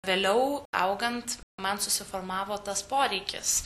vėliau augant man susiformavo tas poreikis